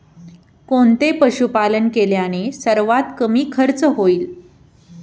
कोणते पशुपालन केल्याने सर्वात कमी खर्च होईल?